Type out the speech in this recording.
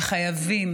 וחייבים,